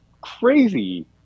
crazy